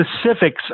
specifics